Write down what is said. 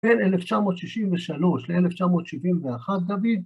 ‫בין 1963 ל-1971, גבי,